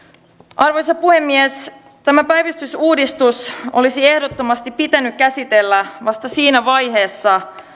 arvoisa puhemies tämä päivystysuudistus olisi ehdottomasti pitänyt käsitellä vasta siinä vaiheessa